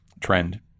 trend